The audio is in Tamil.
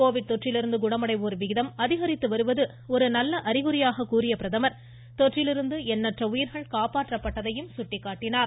கோவிட் தொற்றிலிருந்து குணமடைவோர் விகிதம் அதிகரித்து வருவது ஒரு நல்ல அறிகுறியாக கூறிய பிரதமர் தொற்றிலிருந்து எண்ணற்ற உயிர்கள் காப்பாற்றப்பட்டதையும் சுட்டிக்காட்டினார்